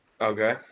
Okay